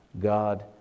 God